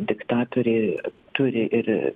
diktatoriai turi ir